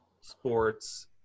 sports